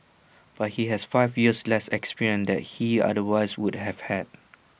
but he has five years less experience that he otherwise would have had